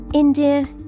India